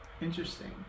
Interesting